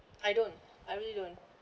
I don't I really don't